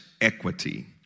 equity